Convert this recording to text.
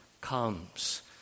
comes